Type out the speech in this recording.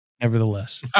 nevertheless